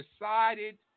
decided